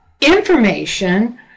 information